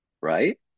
right